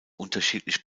unterschiedlich